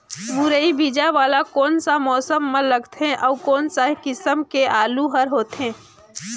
मुरई बीजा वाला कोन सा मौसम म लगथे अउ कोन सा किसम के आलू हर होथे?